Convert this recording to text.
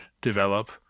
develop